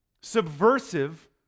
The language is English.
Subversive